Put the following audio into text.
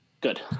Good